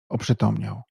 oprzytomniał